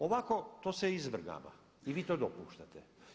Ovako to se izvrgava i vi to dopuštate.